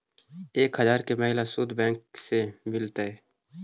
एक हजार के महिना शुद्ध बैंक से मिल तय?